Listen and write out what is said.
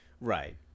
Right